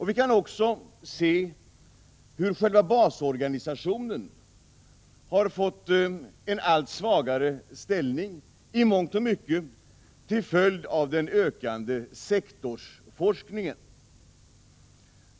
Vi kan också se hur själva basorganisationen har fått en allt svagare ställning i mångt och mycket till följd av den ökande sektorsforskningen.